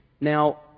Now